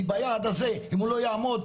כי ביעד הזה אם הוא לא יעמוד,